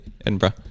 Edinburgh